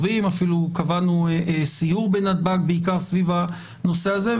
אפילו קבענו סיור בנתב"ג בעיקר סביב הנושא הזה.